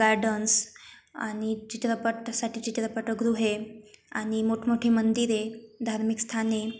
gardens आणि चित्रपटासाठी चित्रपटगृहे आणि मोठमोठी मंदिरे धार्मिक स्थाने